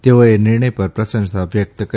તેઓએ નિર્ણય પર પ્રશંસા વ્યક્ત કરી